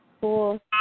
Cool